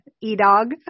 E-Dog